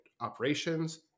operations